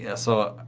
yeah so,